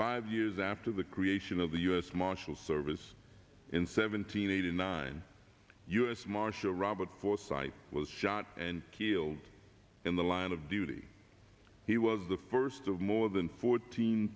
five years after the creation of the u s marshal service in seventeen eighty nine u s marshal robert forsyth was shot and killed in the line of duty he was the first of more than fourteen